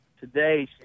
today